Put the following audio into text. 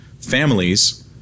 families